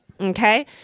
Okay